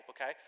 okay